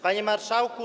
Panie Marszałku!